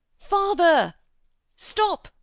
father stop,